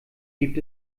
gibt